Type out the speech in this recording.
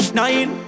nine